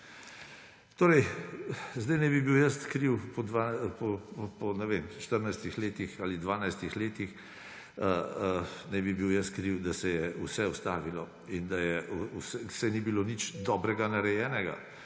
same. Zdaj naj bi bil jaz kriv; po 14 letih ali 12 letih naj bi bil jaz kriv, da se je vse ustavilo in da ni bilo nič dobrega narejenega.